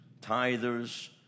tithers